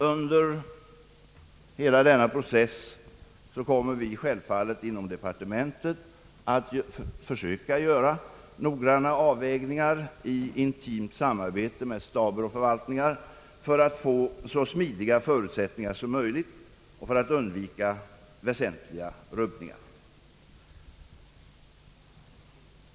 Under hela denna process kommer vi självfallet inom departementet att försöka göra noggranna avvägningar i intimt samarbete med staber och förvaltningar för att få så smidiga förutsättningar som möjligt och för att undvika väsentliga rubbningar.